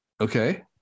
Okay